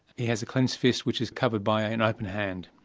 he has a clenched fist, which is covered by an open hand.